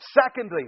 Secondly